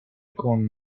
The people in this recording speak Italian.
con